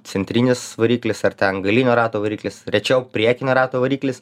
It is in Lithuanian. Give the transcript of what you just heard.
centrinis variklis ar ten galinio rato variklis rečiau priekinio rato variklis